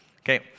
Okay